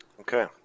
Okay